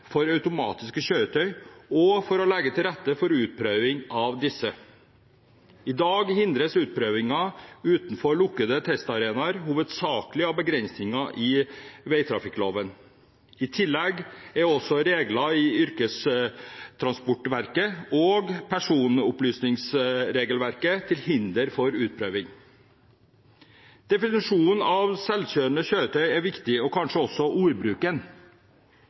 for automatiske kjøretøy og for å legge til rette for utprøving av disse. I dag hindres utprøvingen utenfor lukkede testarenaer hovedsakelig av begrensninger i vegtrafikkloven. I tillegg er også regler i yrkestransportregelverket og personopplysningsregelverket til hinder for utprøving. Definisjonen av selvkjørende kjøretøy er viktig, og kanskje også ordbruken.